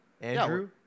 Andrew